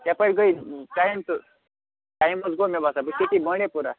یَپٲرۍ گٔے ٹایِم تہٕ ٹایِم حظ گوٚو مےٚ باسان بہٕ چھُس ییٚتی بانٛڈی پوٗرا